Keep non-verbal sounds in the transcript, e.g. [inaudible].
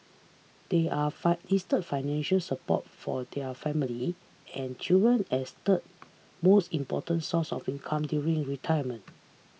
they are [unintelligible] listed financial support from their family and children as third most important source of income during retirement